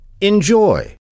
Enjoy